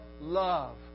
love